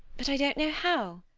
but i don't know how.